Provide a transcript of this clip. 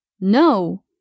No